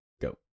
go